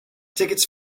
tickets